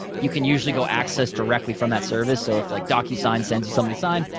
you can usually go access directly from that service. so if like docusign sends you something to sign,